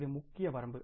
இது முக்கிய வரம்பு